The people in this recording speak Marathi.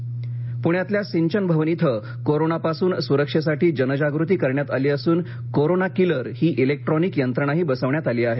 सिंचन भवन पूण्यातल्या सिंचन भवन इथ कोरोना पासून सुरक्षेसाठी जनजागृती करण्यात आली असून कोरोना किलर ही इलेक्ट्रोनिक यंत्रणाही बसवण्यात आली आहे